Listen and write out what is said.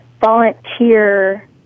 volunteer